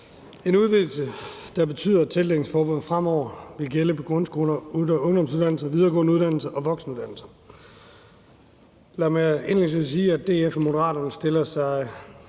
en udvidelse, der betyder, at tildækningsforbuddet fremover vil gælde på grundskoler, ungdomsuddannelser, videregående uddannelser og voksenuddannelser. Lad mig indledningsvis sige, at DF og Moderaterne stiller sig